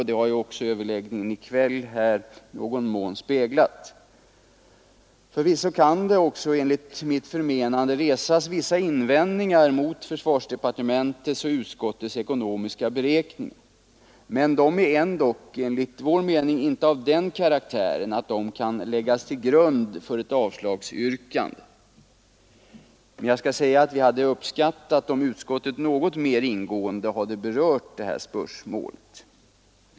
Det har ju också överläggningen här i kväll i någon mån speglat. Förvisso kan det enligt mitt förmenande också resas vissa invändningar mot försvarsdepartementets och utskottets ekonomiska beräkningar, men de är ändock enligt vår mening inte av den karaktären att de kan läggas till grund för ett avslagsyrkande. Vi hade dock uppskattat, om utskottet något mer ingående hade berört dessa spörsmål.